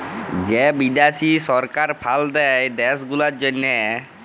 যে বিদ্যাশি সরকার ফাল্ড দেয় দ্যাশ গুলার জ্যনহে